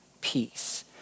peace